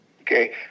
Okay